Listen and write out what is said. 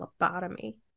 lobotomy